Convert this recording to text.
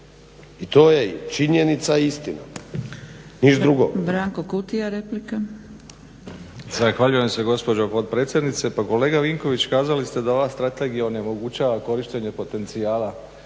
I to je činjenica i istina, ništa drugo.